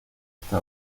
hasta